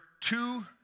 two